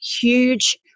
huge